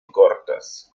cortas